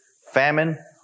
famine